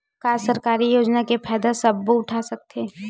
का सरकारी योजना के फ़ायदा सबो उठा सकथे?